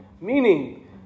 Meaning